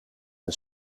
een